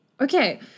Okay